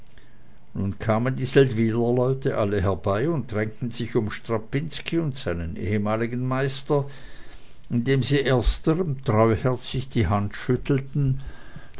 nun kamen die seldwyler leute alle herbei und drängten sich um strapinski und seinen ehemaligen meister indem sie ersterm treuherzig die hand schüttelten